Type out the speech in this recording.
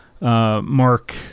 Mark